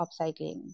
upcycling